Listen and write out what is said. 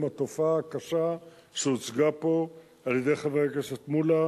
התופעה הקשה שהוצגה פה על-ידי חבר הכנסת מולה,